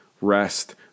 rest